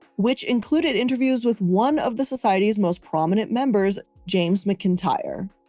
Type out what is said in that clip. which included interviews with one of the society's most prominent members, james mcintyre.